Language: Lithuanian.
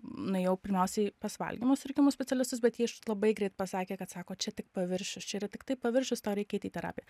nuėjau pirmiausiai pas valgymo sutrikimų specialistus bet jie iš labai greit pasakė kad sako čia tik paviršius čia yra tiktai paviršius tau reikia eit į terapiją